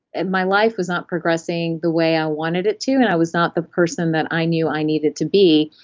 and my life was not progressing the way i wanted it to and i was not the person that i knew i needed to be,